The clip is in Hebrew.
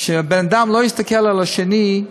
שבן-אדם לא יסתכל על השני,